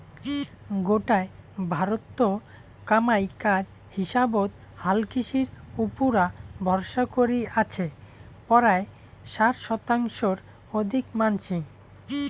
গোটায় ভারতত কামাই কাজ হিসাবত হালকৃষির উপুরা ভরসা করি আছে পরায় ষাট শতাংশর অধিক মানষি